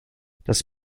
das